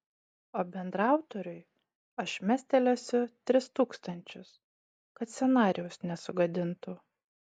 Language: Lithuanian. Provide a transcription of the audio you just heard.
o bendraautoriui aš mestelėsiu tris tūkstančius kad scenarijaus nesugadintų